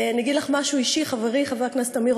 אני אגיד לך משהו אישי: חברי חבר הכנסת אמיר